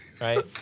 Right